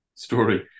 story